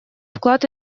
вклад